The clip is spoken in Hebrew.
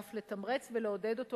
ואף לתמרץ ולעודד אותו,